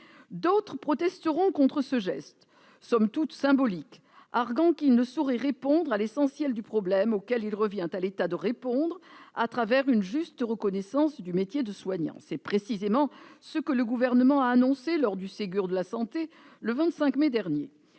D'autres protesteront contre ce geste somme toute symbolique, arguant qu'il ne saurait résoudre l'essentiel du problème auquel il revient à l'État de répondre à travers une juste reconnaissance du métier de soignant. C'est précisément ce que le Gouvernement a annoncé lors du Ségur de la santé le 25 mai dernier.